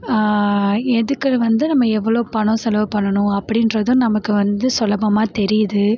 எதுக்கற வந்து நம்ம எவ்வளோ பணம் செலவு பண்ணனும் அப்படின்றதும் நமக்கு வந்து சுலபமாக தெரியுது